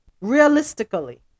realistically